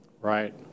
Right